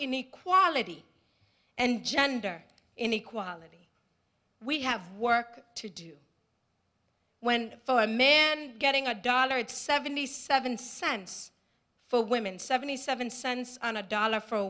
inequality and gender inequality we have work to do when for a man getting a dollar and seventy seven cents for women seventy seven cents on a dollar for